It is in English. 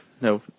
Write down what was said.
No